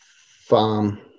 farm